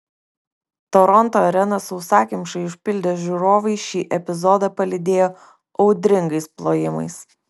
toronto areną sausakimšai užpildę žiūrovai šį epizodą palydėjo audringais plojimais